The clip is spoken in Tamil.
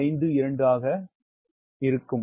852 ஆக இருந்தது